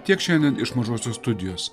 tiek šiandien iš mažosios studijos